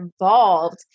involved